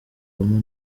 obama